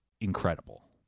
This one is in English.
incredible